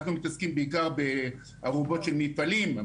אנחנו מתעסקים בעיקר בארובות של מפעלים.